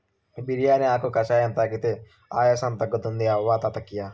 బిర్యానీ ఆకు కషాయం తాగితే ఆయాసం తగ్గుతుంది అవ్వ తాత కియి